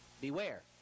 beware